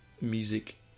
music